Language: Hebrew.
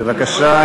בבקשה.